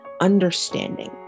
understanding